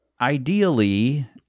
ideally